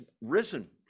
risen